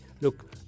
look